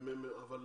באמת